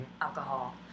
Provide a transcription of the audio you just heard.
alcohol